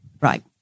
Right